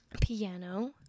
piano